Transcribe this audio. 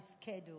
schedule